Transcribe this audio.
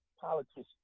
politicians